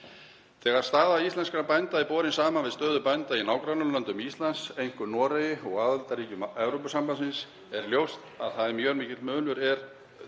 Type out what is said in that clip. Þegar staða íslenskra bænda er borin saman við stöðu bænda í nágrannalöndum Íslands, einkum í Noregi og aðildarríkjum Evrópusambandsins, er ljóst að mjög mikill munur er þar